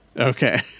Okay